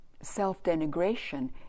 self-denigration